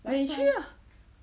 你去 lah